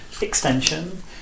extension